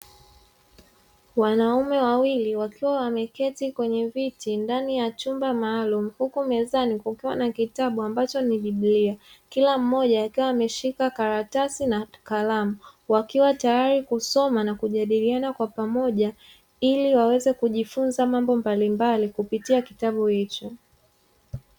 Wanaume wawili, wakiwa wameketi kwenye viti ndani ya chumba maalumu, huku mezani kukiwa na kitabu ambacho ni biblia, kila mmoja akiwa ameshika karatasi na kalamu, wakiwa tayari kusoma na kujadiliana kwa pamoja ili waweze kujifunza mambo mbalimbali kupitia kitabu hicho.